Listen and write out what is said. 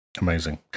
Amazing